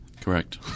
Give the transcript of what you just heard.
Correct